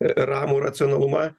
ramų racionalumą